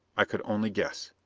i could only guess.